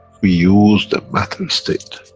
we use the matter-state